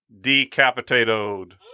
decapitated